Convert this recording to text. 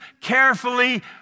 carefully